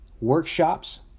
workshops